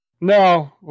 No